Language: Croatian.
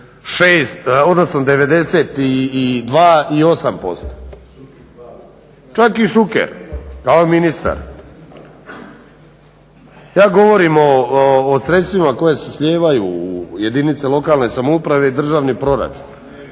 odnosno 92,8%, čak i Šuker kao ministar. Ja govorim o sredstvima koja se slijevaju u jedinice lokalne samouprave i državni proračun.